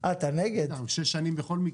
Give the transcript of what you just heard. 2. הצבעה